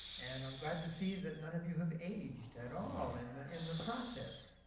and i'm glad to see that none of you have aged at all in in the process.